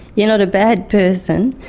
you're not a bad person,